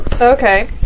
Okay